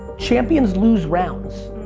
champions lose rounds,